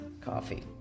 coffee